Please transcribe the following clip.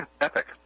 epic